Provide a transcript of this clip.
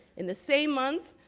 in the same month,